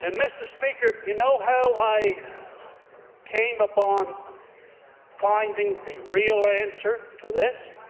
and mr. speaker, you know how i came upon finding the real answer to this?